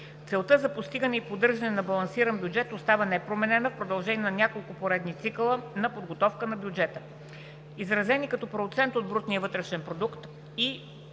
Целта за постигане и поддържане на балансиран бюджет остава непроменена в продължение на няколко поредни цикъла на подготовка на бюджета. Изразени като процент от брутния вътрешен продукт, и